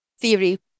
theory